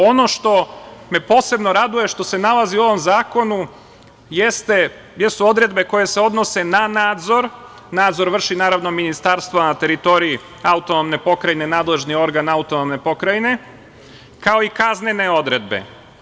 Ono što me posebno raduje, a što se nalazi u ovom zakonu jesu odredbe koje se odnose na nadzor, nadzor vrši, naravno, Ministarstvo, a na teritoriji AP nadležni organ AP, kao i kaznene odredbe.